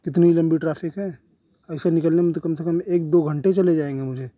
کتنی لمبی ٹرافک ہے ایسے نکلنے میں تو کم سے کم ایک دو گھنٹے چلے جائیں گے مجھے